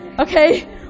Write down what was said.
Okay